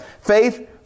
faith